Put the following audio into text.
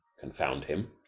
confound him.